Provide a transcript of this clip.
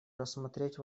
рассмотреть